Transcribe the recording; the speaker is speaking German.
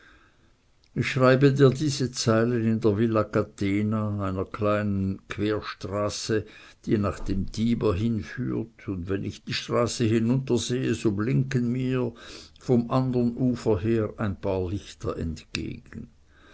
ich schreibe dir diese zeilen in der via catena einer kleinen querstraße die nach dem tiber hinführt und wenn ich die straße hinuntersehe so blinken mir vom andern ufer her ein paar lichter entgegen